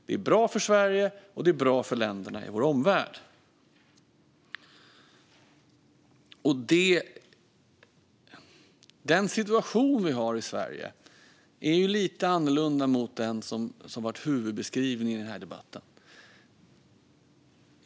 Det är bra för Sverige, och det är bra för länderna i vår omvärld. Den situation vi har i Sverige är lite annorlunda än den som har varit huvudbeskrivningen i den här debatten.